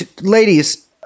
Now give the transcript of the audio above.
ladies